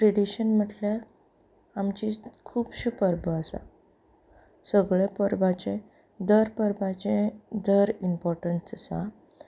tradition म्हणल्यार आमच्यो खुबशो परबो आसात सगळ्या परबांचें दर परबेचें जर इम्पोर्टंस आसा